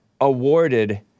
awarded